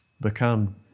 become